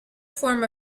form